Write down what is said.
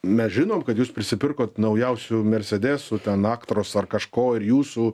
mes žinom kad jūs prisipirkot naujausių mersedesų ten aktros ar kažko ir jūsų